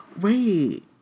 wait